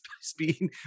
speed